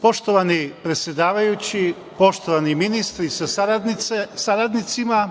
Poštovani predsedavajući, poštovani ministri sa saradnicima,